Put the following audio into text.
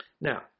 Now